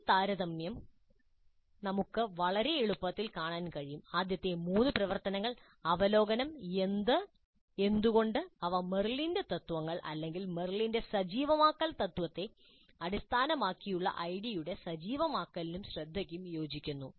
ഈ താരതമ്യം നമുക്ക് ഇവിടെ വളരെ എളുപ്പത്തിൽ കാണാൻ കഴിയും ആദ്യത്തെ മൂന്ന് പ്രവർത്തനങ്ങൾ അവലോകനം എന്ത് എന്തുകൊണ്ട് അവ മെറിലിന്റെ തത്ത്വങ്ങൾ അല്ലെങ്കിൽ മെറിലിന്റെ സജീവമാക്കൽ തത്ത്വത്തെ അടിസ്ഥാനമാക്കിയുള്ള ഐഡിയുടെ സജീവമാക്കലിനും ശ്രദ്ധയ്ക്കും യോജിക്കുന്നു